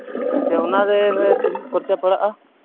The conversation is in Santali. ᱟᱪᱪᱷᱟ ᱚᱱᱟ ᱨᱮ ᱢᱟᱱᱮ ᱛᱤᱱᱟᱹᱜ ᱠᱷᱚᱨᱪᱟ ᱯᱟᱲᱟᱜᱼᱟ